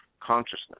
consciousness